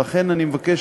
ולכן אני מבקש,